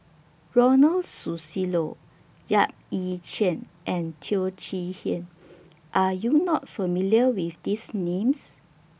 Ronald Susilo Yap Ee Chian and Teo Chee Hean Are YOU not familiar with These Names